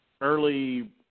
early